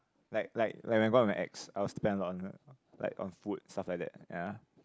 like like like when I go out with my ex I will spend a lot on her like on food stuff like that ya